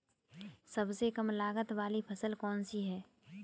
सबसे कम लागत वाली फसल कौन सी है?